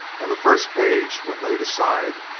and the first page, when laid aside,